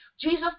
Jesus